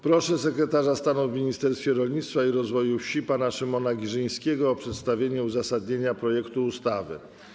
Proszę sekretarza stanu w Ministerstwie Rolnictwa i Rozwoju Wsi pana Szymona Giżyńskiego o przedstawienie uzasadnienia projektu ustawy.